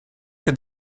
que